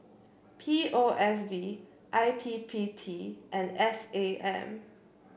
P O S B I P P T and S A M